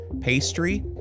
pastry